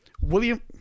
william